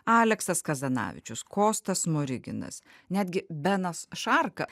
aleksas kazanavičius kostas smoriginas netgi benas šarka